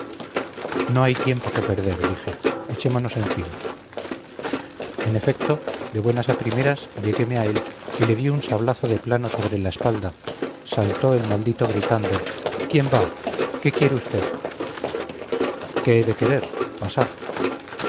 no hay tiempo que perder dije echémonos encima en efecto de buenas a primeras llegueme a él y le di un sablazo de plano sobre la espalda saltó el maldito gritando quién va qué quiere usted qué he de querer pasar